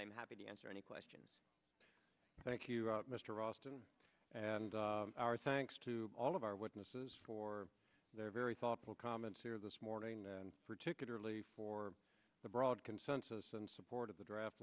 i'm happy to answer any questions thank you mr austin and our thanks to all of our witnesses for their very thoughtful comments here this morning particularly for the broad consensus and support of the draft